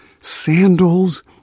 sandals